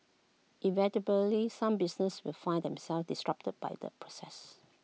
inevitably some businesses will find themselves disrupted by the process